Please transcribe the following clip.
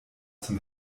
zum